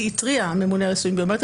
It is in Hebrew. התריע הממונה על היישומיים הביומטריים,